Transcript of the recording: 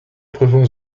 prüfung